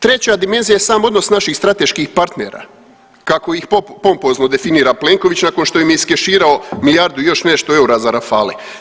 Treća dimenzija je sam odnos naših strateških partnera kako ih pompozno definira Plenković nakon što im je iskeširao milijardu i još nešto eura za rafale.